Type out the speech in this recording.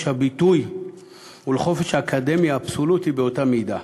הביטוי ולחופש האקדמי האבסולוטי באותה מידה.